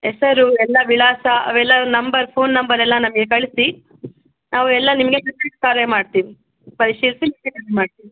ಹೆಸರು ಎಲ್ಲ ವಿಳಾಸ ಅವೆಲ್ಲರ ನಂಬರ್ ಫೋನ್ ನಂಬರ್ ಎಲ್ಲ ನಮಗೆ ಕಳಿಸಿ ನಾವೆಲ್ಲ ನಿಮಗೆ ಮಾಡ್ತೀವಿ ಪರಿಶೀಲಿಸಿ ಮಾಡ್ತೀವಿ